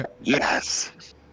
Yes